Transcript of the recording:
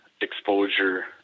exposure